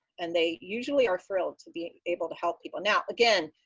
and they usually are thrilled to be able to help people. now, again,